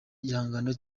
igihangano